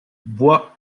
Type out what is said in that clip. bois